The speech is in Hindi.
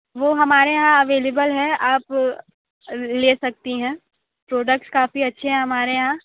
वो हमारे यहाँ अवेलेबल है आप लें सकती हैं प्रोडक्ट्स काफ़ी अच्छे हैं हमारे यहाँ